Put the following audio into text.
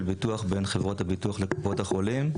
ביטוח בין חברות הביטוח לקופות החולים,